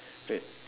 wait